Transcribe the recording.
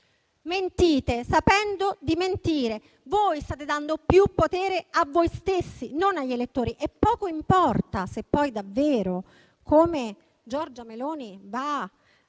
Mentite sapendo di mentire, perché voi state dando più potere a voi stessi, non agli elettori. E poco importa, come sarà davvero, come Giorgia Meloni va